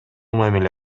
мамиле